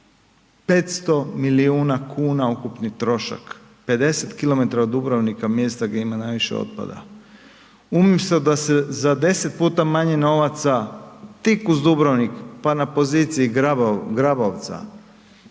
500 milijuna kuna ukupni trošak, 50km od Dubrovnika, mjesta gdje ima najviše otpada. Umjesto da se za 10 puta manje novaca tik uz Dubrovnik pa na poziciji Grabovca